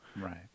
Right